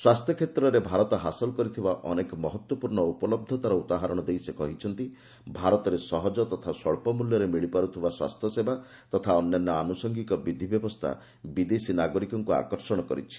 ସ୍ୱାସ୍ଥ୍ୟ କ୍ଷେତ୍ରରେ ଭାରତ ହାସଲ କରିଥିବା ଅନେକ ମହତ୍ୱପୂର୍ଣ୍ଣ ଉପଲହ୍ଧତାର ଉଦାହରଣ ଦେଇ ସେ କହିଛନ୍ତି ଭାରତରେ ସହଜ ତଥା ସ୍ୱଚ୍ଚ ମୂଲ୍ୟରେ ମିଳିପାରୁଥିବା ସ୍ୱାସ୍ଥ୍ୟସେବା ତଥା ଅନ୍ୟାନ୍ୟ ଆନୁଷଙ୍ଗିକ ବିଧିବ୍ୟବସ୍ଥା ବିଦେଶୀ ନାଗରିକଙ୍କୁ ଆକର୍ଷଣ କରିଛି